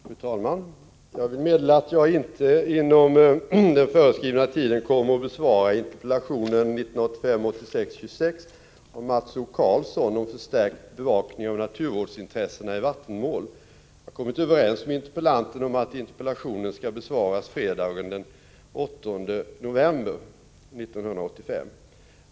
Fru talman! Jag vill meddela att jag inte inom den föreskrivna tiden kommer att besvara interpellation 1985/86:26 av Mats O. Karlsson om förstärkt bevakning av naturvårdsintressena i vattenmål. Jag har kommit överens med interpellanten om att interpellationen skall besvaras fredagen den 8 november 1985.